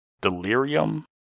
delirium